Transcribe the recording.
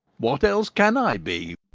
what else can i be,